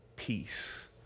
peace